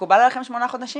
מקובל עליכם שמונה חודשים?